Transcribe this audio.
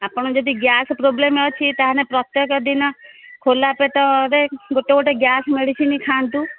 ଆପଣ ଯଦି gas problem ଅଛି ତାହାଲେ ପ୍ରତ୍ୟେକ ଦିନ ଖୋଲା ପେଟରେ ଗୋଟେ ଗୋଟେ ଗ୍ୟାସ ମେଡିସିନ୍ ଖାଆନ୍ତୁ